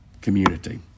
community